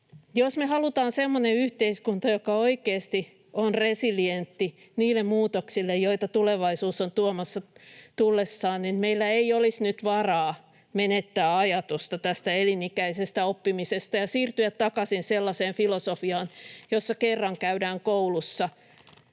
Jos me halutaan semmoinen yhteiskunta, joka oikeasti on resilientti niille muutoksille, joita tulevaisuus on tuomassa tullessaan, niin meillä ei olisi nyt varaa menettää ajatusta tästä elinikäisestä oppimisesta ja siirtyä takaisin sellaiseen filosofiaan, jossa kerran käydään koulussa